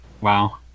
Wow